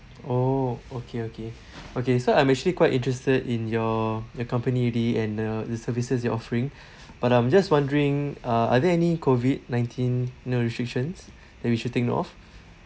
oh okay okay okay so I'm actually quite interested in your your company already and uh the services you're offering but I'm just wondering uh are there any COVID nineteen you know restrictions that we should take note of